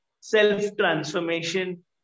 Self-transformation